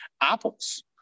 apples